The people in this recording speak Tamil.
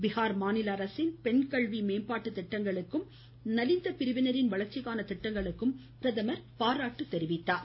பீகார் அரசின் பெண் கல்வி மேம்பாட்டு திட்டங்களுக்கும் நலந்த பிரிவினரின் வளர்ச்சிக்கான திட்டங்களுக்கும் அவர் பாராட்டு தெரிவித்தார்